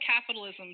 capitalism